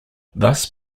thus